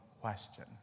question